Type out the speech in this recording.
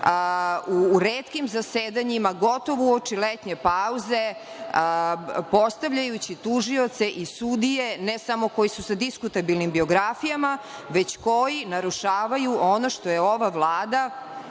u retkim zasedanjima, gotovo uoči letnje pauze, postavljajući tužioce i sudije, ne samo koji su sa diskutabilnim biografijama, već koji narušavaju ono što je ova Vlada